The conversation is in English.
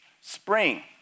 spring